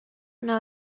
know